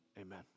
amen